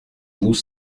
nous